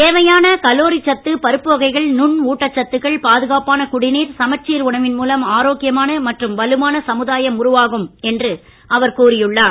தேவையான கலோரி சத்து பருப்பு வகைகள் நுண் ஊட்டச்சத்துகள் பாதுகாப்பான குடிநீர் சமச்சீர் உணவின் மூலம் ஆரோக்கியமான மற்றும் வலுவான சமுதாயம் உருவாகும் என்று அவர் கூறியுள்ளார்